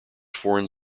foreign